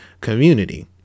Community